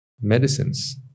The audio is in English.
medicines